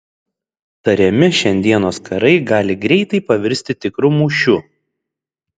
tariami šiandienos karai gali greitai pavirsti tikru mūšiu